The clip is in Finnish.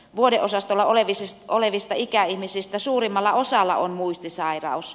vuodeosastolla olevista ikäihmisistä suurimmalla osalla on muistisairaus